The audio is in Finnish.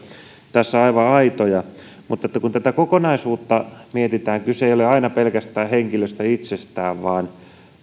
tässä aivan aitoja mutta kun tätä kokonaisuutta mietitään kyse ei ole aina pelkästään henkilöstä itsestään vaan